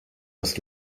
das